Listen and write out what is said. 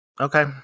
Okay